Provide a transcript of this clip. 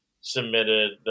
submitted